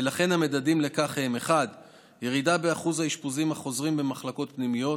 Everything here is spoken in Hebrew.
ולכן המדדים לכך הם 1. ירידה באחוז האשפוזים החוזרים במחלקות פנימיות,